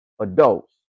adults